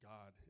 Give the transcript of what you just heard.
God